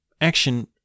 action